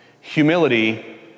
Humility